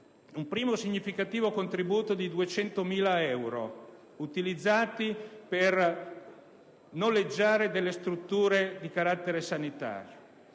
un primo significativo contributo di 200.000 euro, utilizzati per noleggiare delle strutture di carattere sanitario.